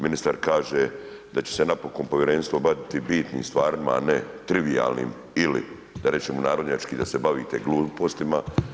Ministar kaže da će se napokon povjerenstvo baviti bitnim stvarima, a ne trivijalnim ili, reći ćemo narodnjački da se bavite glupostima.